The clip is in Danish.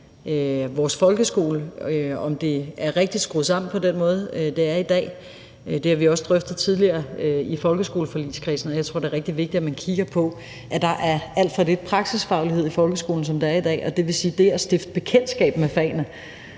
vores folkeskole og på, om det er rigtigt skruet sammen på den måde, det er i dag. Det har vi også drøftet tidligere i folkeskoleforligskredsen, og jeg tror, det er rigtig vigtigt, at man kigger på, at der er alt for lidt praksisfaglighed i folkeskolen, som det er i dag. Det vil sige, at der er noget i forhold at stifte bekendtskab med fagene.